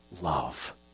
love